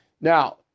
Now